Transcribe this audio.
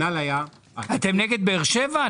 אתם נגד באר שבע?